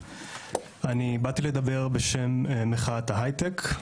אני באתי לדבר בשם מחאת ההי-טק,